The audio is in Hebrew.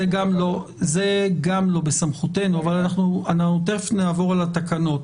זה גם לא בסמכותנו, אבל מיד נעבור על התקנות.